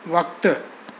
वक़्ति